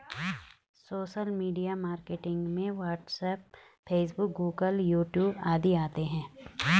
social media marketing में WhatsApp Facebook Google YouTube आदि आते है